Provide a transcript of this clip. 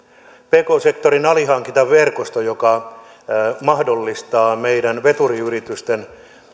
pk sektorin alihankintaverkosto joka mahdollistaa meidän veturiyritysten